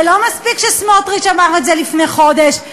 ולא מספיק שסמוטריץ אמר את זה לפני חודש,